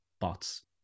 bots